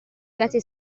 grazie